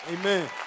Amen